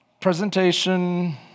presentation